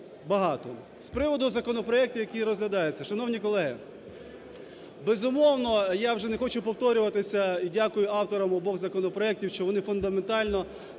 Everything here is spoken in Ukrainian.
З приводу законопроектів, які розглядаються. Шановні колеги, безумовно, я вже не хочу повторюватися, і дякую авторам обох законопроектів, що вони фундаментально